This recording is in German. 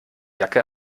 jacke